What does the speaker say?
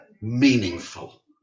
meaningful